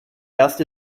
erst